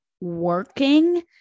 Working